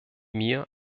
mir